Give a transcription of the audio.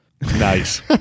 Nice